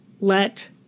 let